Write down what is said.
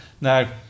now